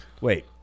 Wait